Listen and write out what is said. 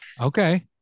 okay